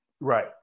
Right